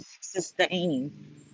sustain